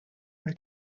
weil